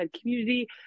community